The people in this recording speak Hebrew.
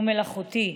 הוא מלאכותי.